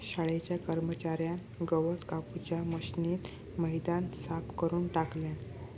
शाळेच्या कर्मच्यार्यान गवत कापूच्या मशीनीन मैदान साफ करून टाकल्यान